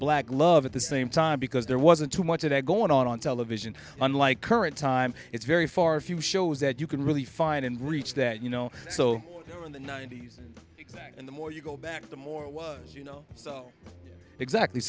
black love at the same time because there wasn't too much of that going on on television unlike current time it's very far few shows that you can really find and reach that you know so in the ninety's exact and the more you go back the more was you know so exactly